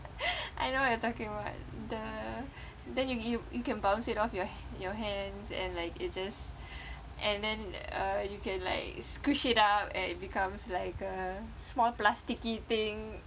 I know what you're talking about the then you give you can bounce it off your your hands and like it just and then uh you can like squish it out and it becomes like a small plasticky thing